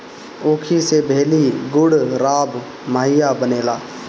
ऊखी से भेली, गुड़, राब, माहिया बनेला